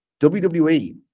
wwe